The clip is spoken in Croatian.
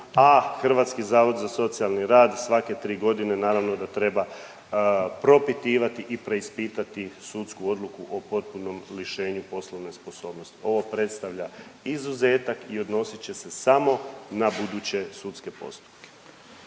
a Hrvatski zavod za socijalni rad svake 3 godine, naravno da treba propitivati i preispitati sudsku odluku o potpunom lišenju poslovne sposobnosti. Ovo predstavlja izuzetak i odnosit će se samo na buduće sudske postupke.